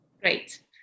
Great